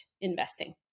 investing